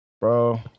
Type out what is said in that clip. bro